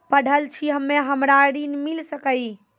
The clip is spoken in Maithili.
पढल छी हम्मे हमरा ऋण मिल सकई?